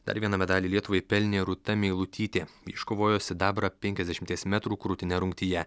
dar vieną medalį lietuvai pelnė rūta meilutytė iškovojo sidabrą penkiasdešimties metrų krūtine rungtyje